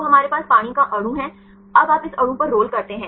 तो हमारे पास पानी का अणु है अब आप इस अणु पर रोल करते हैं